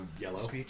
Yellow